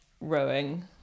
rowing